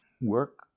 work